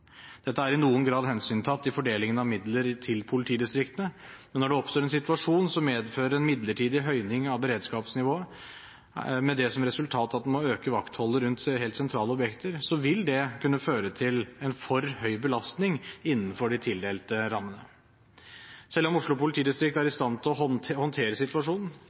Dette er i noen grad hensyntatt i fordelingen av midler til politidistriktene, men når det oppstår en situasjon som medfører en midlertidig høyning av beredskapsnivået med det som resultat at en må øke vaktholdet rundt helt sentrale objekter, vil det kunne føre til en for høy belastning innenfor de tildelte rammene. Selv om Oslo politidistrikt er i stand til å håndtere situasjonen,